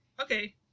Okay